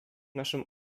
naszym